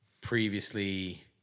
previously